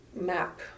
map